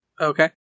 Okay